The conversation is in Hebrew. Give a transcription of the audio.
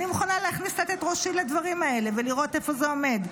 אני מוכנה להכניס קצת את ראשי לדברים האלה ולראות איפה זה עומד,